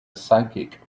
psychic